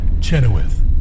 Chenoweth